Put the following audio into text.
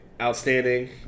outstanding